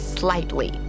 slightly